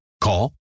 Call